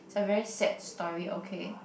it's a very sad story okay